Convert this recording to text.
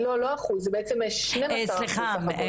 לא לא אחוז, זה בעצם 12 אחוזים סך הכול.